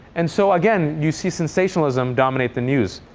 and so, again, you see sensationalism dominate the news.